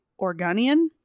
Organian